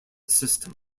system